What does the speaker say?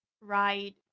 ride